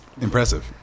impressive